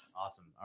awesome